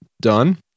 Done